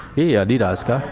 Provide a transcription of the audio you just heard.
yeah did ask her.